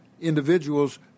individuals